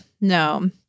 no